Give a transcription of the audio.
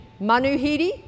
Manuhiri